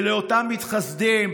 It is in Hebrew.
לאותם מתחסדים: